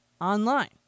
online